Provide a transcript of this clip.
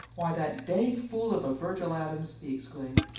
why, that dang fool of a virgil adams! he exclaimed.